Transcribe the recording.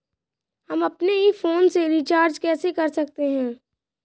हम अपने ही फोन से रिचार्ज कैसे कर सकते हैं?